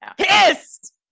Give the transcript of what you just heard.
Pissed